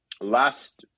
last